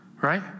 right